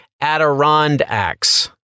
Adirondacks